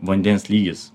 vandens lygis